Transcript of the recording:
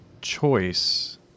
choice